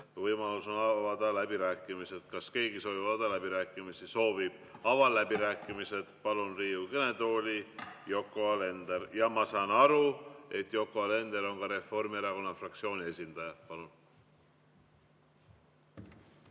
võimalus on avada läbirääkimised. Kas keegi soovib sõna võtta läbirääkimistel? Soovib. Avan läbirääkimised ja palun Riigikogu kõnetooli Yoko Alenderi. Ma saan aru, et Yoko Alender on Reformierakonna fraktsiooni esindaja.